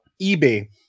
eBay